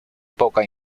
poca